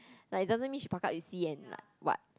like it doesn't mean she pakat with C and like what